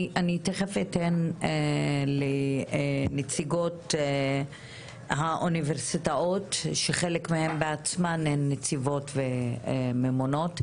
אני תכף אתן לנציגות האוניברסיטאות שחלק מהן הן עצמן נציבות וממונות,